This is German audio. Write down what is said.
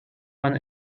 man